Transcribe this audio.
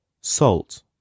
Salt